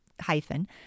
hyphen